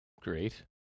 Great